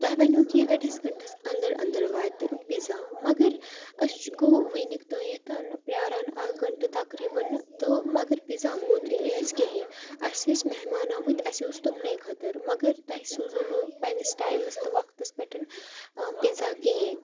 تۄہہِ وَنیاو کہِ أڑِس گنٛٹَس اندر اندر واتہِ پیٖزا مگر أسہِ گوٚو وٕنیُٚک تانٮ۪تھ پرٛاران اَکھ گنٛٹہٕ تقریٖباً تہٕ مگر پِزا ووتُے نہٕ اَسہِ کِہیٖنۍ اَسہِ ٲسۍ مہمان آمٕتۍ اَسہِ اوس تٕمنٕے خٲطر مگر تۄہہِ سوٗزوُ نہٕ وٕنۍ پنٛنِس ٹایمَس تہٕ وقتَس پٮ۪ٹھَ پِزا کِہیٖنۍ